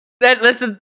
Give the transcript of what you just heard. listen